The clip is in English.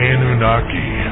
Anunnaki